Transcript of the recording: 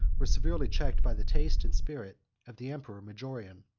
were severely checked by the taste and spirit of the emperor majorian.